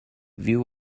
view